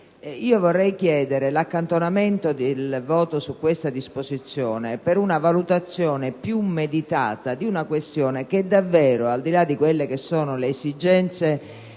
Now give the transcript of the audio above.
vorrei chiedere l'accantonamento del voto su questa disposizione per una valutazione più meditata della questione che davvero - al di là delle esigenze